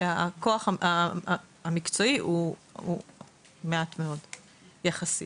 שהכוח המקצועי הוא מעט מאוד יחסית.